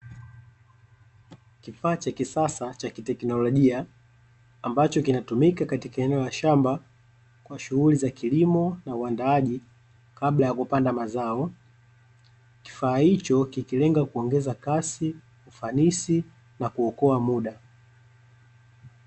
Kifaa cha kisasa cha kiteknolojia ambacho kinatumika katika eneo la shamba kwa shughuli za kilimo na uwandaaji kabla ya kupanda mazao, kifaa hicho kikilenga kuongeza kasi, ufanisi na kuokoa muda .